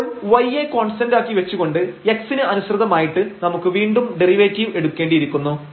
അപ്പോൾ y യെ കോൺസ്റ്റന്റാക്കി വെച്ചു കൊണ്ട് x ന് അനുസൃതമായിട്ട് നമുക്ക് വീണ്ടും ഡെറിവേറ്റീവ് എടുക്കേണ്ടിയിരിക്കുന്നു